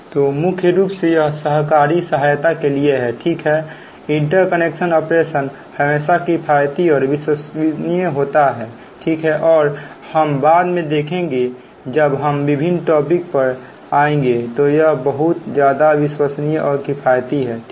तो मुख्य रूप से यह सहकारी सहायता के लिए है ठीक है इंटरकनेक्टेड ऑपरेशन हमेशा किफायती और विश्वसनीय होता है ठीक है और हम बाद में देखेंगे जब हम विभिन्न विषयो पर आएंगेतो यह बहुत ज्यादा विश्वसनीय और किफायती है ठीक है